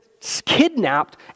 kidnapped